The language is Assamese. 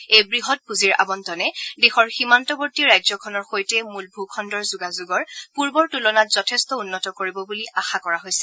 এই বৃহৎ পূঁজিৰ আৱণ্টনে দেশৰ সীমান্তৱৰ্তী ৰাজ্যখনৰ সৈতে মূল ভূখণ্ডৰ যোগাযোগ পূৰ্বৰ তুলনাত যথেষ্ট উন্নত কৰিব বুলি আশা কৰা হৈছে